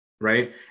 right